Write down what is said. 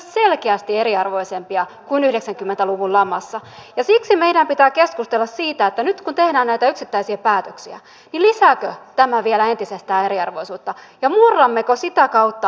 päätöksen mahdollisesta maksumuutoksesta tekee jokainen kunta ja siksi meidän pitää keskustella siitä nyt tämä näytä yksittäisiä päätöksiä lisääkö sen tekevät eri puolueita edustavat luottamushenkilöt itse